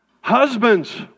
Husbands